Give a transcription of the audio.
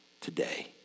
today